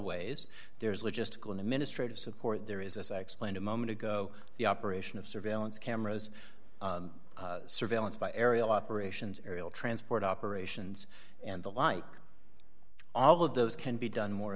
ways there's logistical and administrative support there is as i explained a moment ago the operation of surveillance cameras surveillance by aerial operations aerial transport operations and the like all of those can be done more